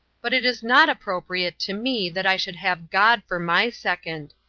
but it is not appropriate to me that i should have god for my second.